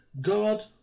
God